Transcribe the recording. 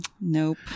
Nope